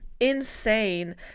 insane